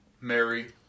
Mary